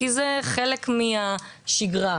כי זה חלק מהשיגרה.